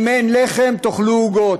אם אין לחם, תאכלו עוגות,